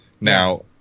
Now